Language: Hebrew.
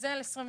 זה ל-2022.